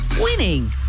winning